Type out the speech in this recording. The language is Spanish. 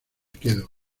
quedo